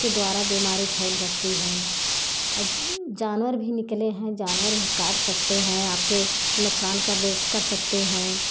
के द्वारा बीमारी फैल सकती है अद जानवर भी निकले हैं जानवर भी काट सकते हैं आपके नुकसान कर देस कर सकते हैं